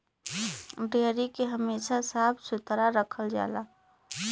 dairy के हमेशा साफ सुथरा रखल जाला